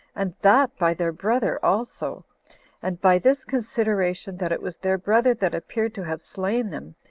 and that by their brother also and by this consideration, that it was their brother that appeared to have slain them,